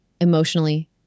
emotionally